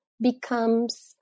becomes